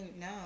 no